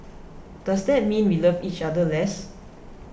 does that mean we love each other less